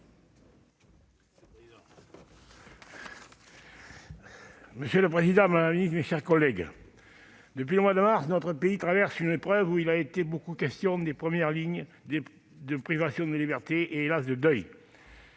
Monsieur le président, madame la ministre, mes chers collègues, depuis le mois de mars, notre pays traverse une épreuve, durant laquelle il a été beaucoup question de première ligne, de privation de liberté et- hélas ! -de deuil.